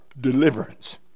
deliverance